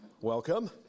welcome